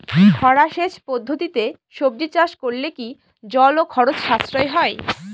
খরা সেচ পদ্ধতিতে সবজি চাষ করলে কি জল ও খরচ সাশ্রয় হয়?